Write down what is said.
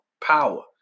power